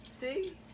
see